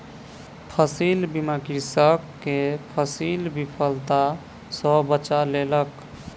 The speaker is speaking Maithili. फसील बीमा कृषक के फसील विफलता सॅ बचा लेलक